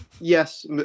yes